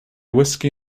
whisky